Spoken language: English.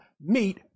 meet